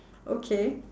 okay